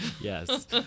Yes